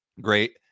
great